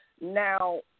Now